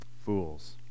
fools